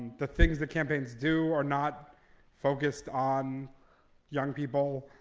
the things that campaigns do are not focused on young people.